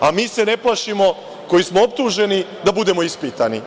A mi se ne plašimo, koji smo optuženi, da budemo ispitani.